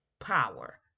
power